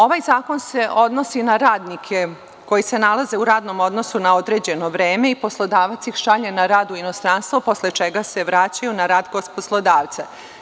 Ovaj zakon se odnosi na radnike koji se nalaze u radnom odnosu na određeno vreme i poslodavac ih šalje na rad u inostranstvo, posle čega se vraćaju na rad kod poslodavca.